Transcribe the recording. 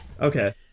Okay